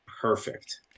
perfect